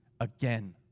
again